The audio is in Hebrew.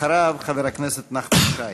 אחריו, חבר הכנסת נחמן שי.